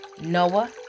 noah